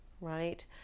right